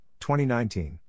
2019